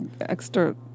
extra